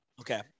Okay